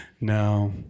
No